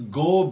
go